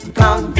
come